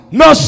no